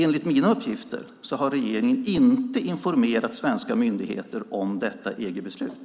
Enligt mina uppgifter har regeringen inte informerat svenska myndigheter om detta EG-beslut.